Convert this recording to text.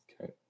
Okay